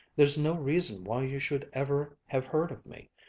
there's no reason why you should ever have heard of me.